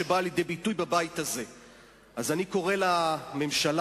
הוא בעצמו מגיש לי את הארוחה החמה בבית-הספר בשעה 12:00. בשכונה שלנו,